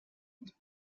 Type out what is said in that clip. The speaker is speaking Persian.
بودند